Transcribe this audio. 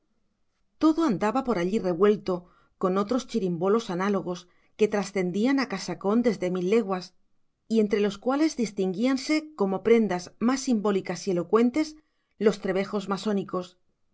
todo andaba por allí revuelto con otros chirimbolos análogos que trascendían a casacón desde mil leguas y entre los cuales distinguíanse como prendas más simbólicas y elocuentes los trebejos masónicos